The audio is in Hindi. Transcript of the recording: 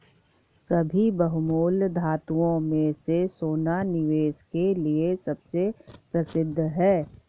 सभी बहुमूल्य धातुओं में से सोना निवेश के लिए सबसे प्रसिद्ध है